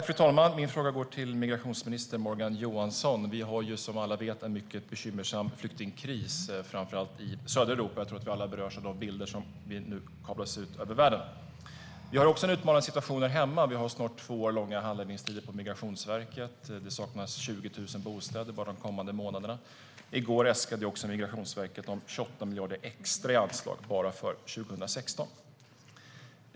Fru talman! Min fråga går till migrationsminister Morgan Johansson. Vi har som alla vet en mycket bekymmersam flyktingkris, framför i allt södra Europa. Jag tror att vi alla berörs av de bilder som nu kablas ut över världen. Vi har också en utmanande situation här hemma. Migrationsverkets handläggningstider är snart två år långa. Det saknas 20 000 bostäder bara de kommande månaderna. I går äskade också Migrationsverket om 28 miljarder extra i anslag bara för 2016.